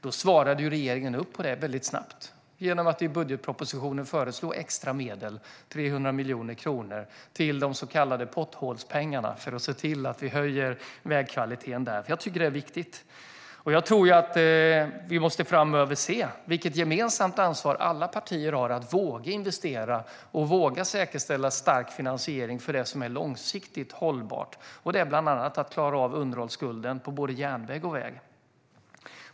Då svarade regeringen väldigt snabbt genom att i budgetpropositionen föreslå extra medel, 300 miljoner kronor, till de så kallade potthålspengarna, för att se till att höja vägkvaliteten. Jag tycker att det är viktigt. Och jag tror att vi framöver måste se vilket gemensamt ansvar alla partier har för att våga investera och säkerställa stark finansiering för det som är långsiktigt hållbart. Och det är bland annat att klara av underhållsskulden på både järnväg och väg.